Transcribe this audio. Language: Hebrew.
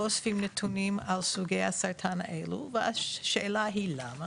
אוספים נתונים על סוגי הסרטן האלו והשאלה היא למה,